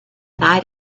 night